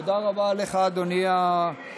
תודה רבה לך, אדוני היושב-ראש.